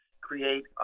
create